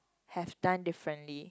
have done differently